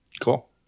Cool